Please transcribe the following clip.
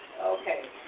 Okay